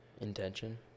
intention